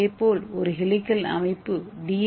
இதேபோல் ஒரு ஹெலிகல் அமைப்பு டி